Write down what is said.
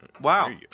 Wow